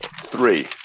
three